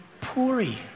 Puri